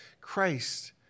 Christ